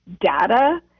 data